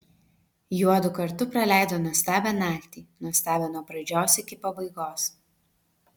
juodu kartu praleido nuostabią naktį nuostabią nuo pradžios iki pabaigos